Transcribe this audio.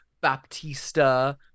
Baptista